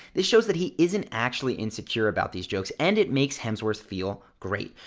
this shows that he isn't actually insecure about these jokes, and it makes hemsworth feel great.